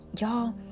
Y'all